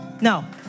No